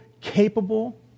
capable